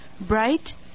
Bright